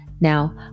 Now